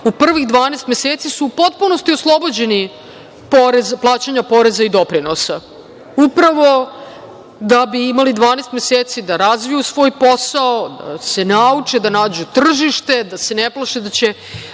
u prvih 12 meseci su u potpunosti oslobođeni poreza, plaćanja poreza i doprinosa, upravo da bi imali 12 meseci da razviju svoj posao, da se nauče, da nađu tržište, da se ne plaše da će